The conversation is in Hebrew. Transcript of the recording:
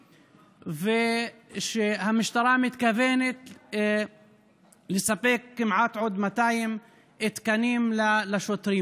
ושהמשטרה מתכוונת לספק עוד כמעט 200 תקנים לשוטרים.